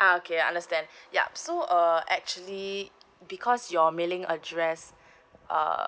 uh okay understand yup so err actually because your mailing address uh